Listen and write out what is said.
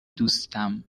دوستم